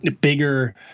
bigger